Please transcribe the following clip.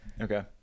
Okay